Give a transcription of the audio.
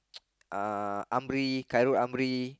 uh Amri Khairul-Amri